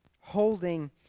holding